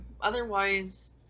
otherwise